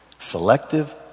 selective